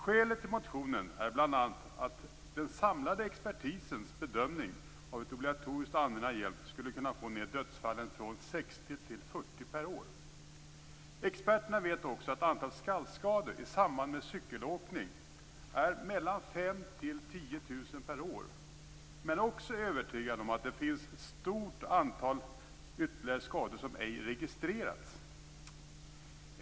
Skälet till motionen är bl.a. den samlade expertisens bedömning, att obligatorisk användning av hjälm skulle kunna få ned dödsfallen från 60 till 40 per år. Experterna vet också att antalet skallskador i samband med cykelåkning är mellan 5 000 och 10 000 per år, men de är samtidigt övertygade om att det finns ytterligare ett stort antal skador som ej registrerats.